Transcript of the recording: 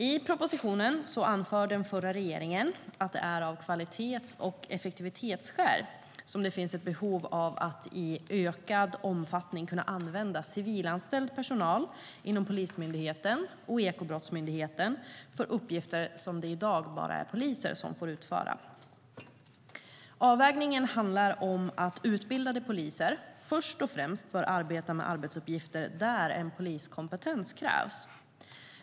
I propositionen anför den förra regeringen att det är av kvalitets och effektivitetsskäl som det finns ett behov av att i ökad omfattning kunna använda civilanställd personal inom Polismyndigheten och Ekobrottsmyndigheten för uppgifter som det i dag bara är poliser som får utföra. Avvägningen handlar om att utbildade poliser först och främst bör arbeta med arbetsuppgifter där en poliskompetens krävs.